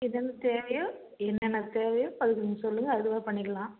என்னென்ன தேவையோ என்னென்ன தேவையோ அதை கொஞ்சம் சொல்லுங்க அதுவே பண்ணிக்கலாம்